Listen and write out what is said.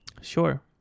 Sure